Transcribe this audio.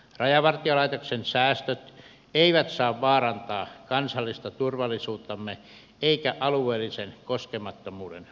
rajavartiolaitoksen säästöt eivät saa vaarantaa kansallista turvallisuuttamme eivätkä alueellisen koskemattomuuden valvontaa